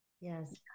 Yes